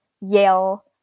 Yale